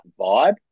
vibe